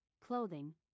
clothing